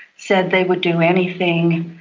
said they would do anything,